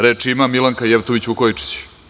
Reč ima Milanka Jevtović Vukojičić.